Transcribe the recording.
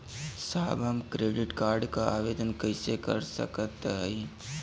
साहब हम credit card क आवेदन कइसे कर सकत हई?